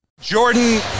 Jordan